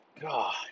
God